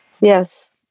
Yes